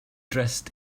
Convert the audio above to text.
dressed